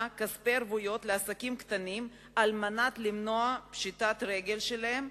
כספי ערבויות לעסקים קטנים כדי למנוע פשיטת רגל שלהם.